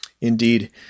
Indeed